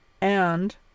And